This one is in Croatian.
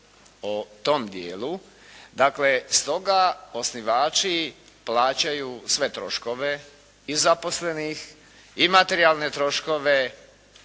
o tom dijelu. Dakle, stoga osnivači plaćaju sve troškove, i zaposlenih, i materijalne troškove,